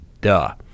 duh